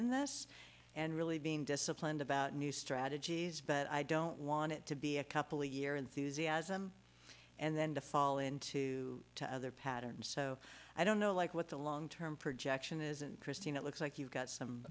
in this and really being disciplined about new strategies but i don't want it to be a couple of years and then to fall into the other pattern so i don't know like what the long term projection is and christine it looks like you've got some